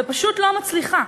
ופשוט לא מצליחה.